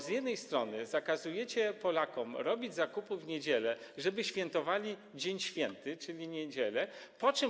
Z jednej strony zakazujecie Polakom robienia zakupów w niedziele, żeby świętowali dzień święty, czyli niedzielę.